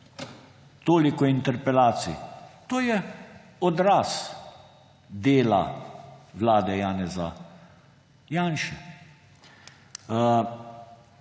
toliko o interpelaciji. To je odraz dela vlade Janeza Janše.